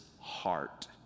heart